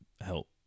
help